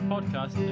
Podcast